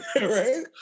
Right